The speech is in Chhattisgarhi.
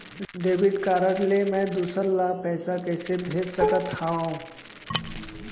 डेबिट कारड ले मैं दूसर ला पइसा कइसे भेज सकत हओं?